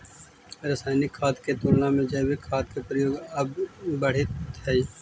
रासायनिक खाद के तुलना में जैविक खाद के प्रयोग अब बढ़ित हई